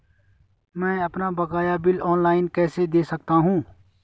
मैं अपना बकाया बिल ऑनलाइन कैसे दें सकता हूँ?